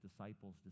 disciples